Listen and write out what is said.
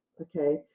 Okay